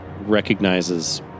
recognizes